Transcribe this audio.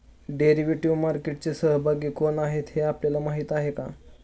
Derivative मार्केटचे सहभागी कोण आहेत हे आपल्याला माहित आहे का?